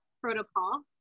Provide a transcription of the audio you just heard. protocol